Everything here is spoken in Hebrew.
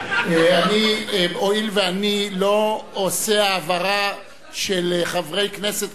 הואיל ואני לא עושה העברה של חברי כנסת,